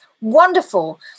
wonderful